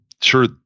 sure